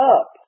up